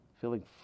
feeling